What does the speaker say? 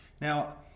Now